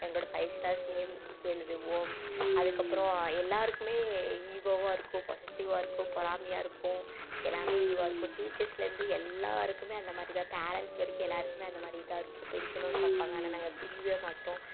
எங்களோடய five stars names எழுதுவோம் அதுக்கப்புறோம் எல்லோருக்குமே ஈகோவா இருக்கும் பொசஸிவாக இருக்கும் பொறாமையாக இருக்கும் எல்லாமே இதுவாக இருக்கும் டீச்சர்லேலேந்து எல்லோருக்குமே அந்தமாதிரிதான் பேரண்ட்ஸ் வரைக்கும் எல்லோருக்குமே அந்தமாதிரி தான் இருக்கும் பிரிக்கம்ணுனு பார்ப்பாங்க ஆனால் நாங்கள் பிரியவே மாட்டோம்